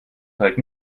trägt